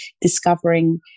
discovering